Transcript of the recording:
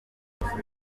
kuri